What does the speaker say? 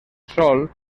sol